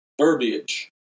verbiage